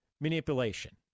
manipulation